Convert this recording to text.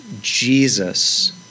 Jesus